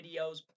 videos